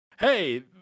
Hey